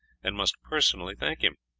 and must personally thank him.